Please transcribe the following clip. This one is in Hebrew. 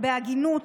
בהגינות,